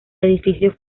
edificio